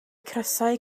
crysau